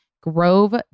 Grove